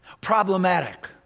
problematic